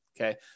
Okay